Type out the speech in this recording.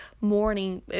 morning